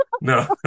No